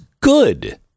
good